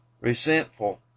resentful